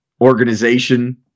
organization